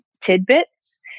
tidbits